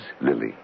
Lily